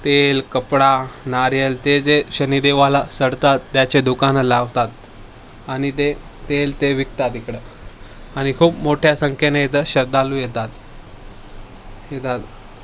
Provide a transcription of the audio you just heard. तेल कपडा नारियल ते जे शनिदेवाला चढवतात त्याचे दुकानं लावतात आणि ते तेल ते विकतात इकडं आणि खूप मोठ्या संख्येने इथं श्रद्धाळू येतात येतात